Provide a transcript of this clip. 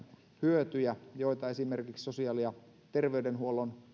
hyötyjä joita esimerkiksi sosiaali ja terveydenhuollon